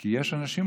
כי יש אנשים,